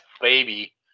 baby